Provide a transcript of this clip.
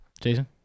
Jason